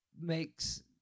makes